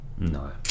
No